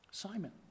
Simon